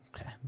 Okay